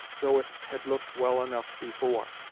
though it had looked well enough before.